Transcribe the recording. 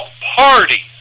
party